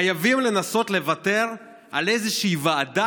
חייבים לנסות לוותר על איזושהי ועדה,